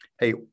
hey